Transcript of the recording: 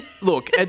look